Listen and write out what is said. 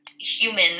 human